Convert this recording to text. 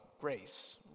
grace